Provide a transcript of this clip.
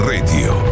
Radio